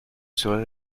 serais